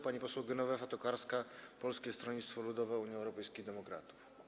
Pani poseł Genowefa Tokarska, Polskie Stronnictwo Ludowe - Unia Europejskich Demokratów.